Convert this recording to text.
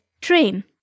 train